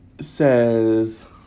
says